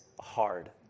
hard